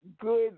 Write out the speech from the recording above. good